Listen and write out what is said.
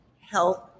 health